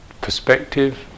perspective